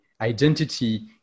identity